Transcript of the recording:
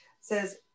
says